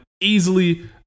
easily